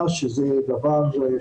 לדעת,